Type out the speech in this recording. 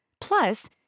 plus